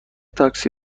تاکسی